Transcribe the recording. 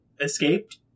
escaped